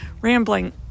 Rambling